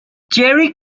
cherry